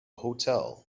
hotel